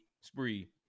spree